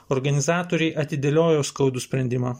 organizatoriai atidėliojo skaudų sprendimą